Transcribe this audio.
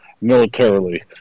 militarily